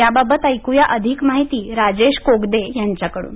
याबाबत ऐक्या अधिक माहिती राजेश कोगदे यांच्याकडून